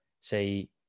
say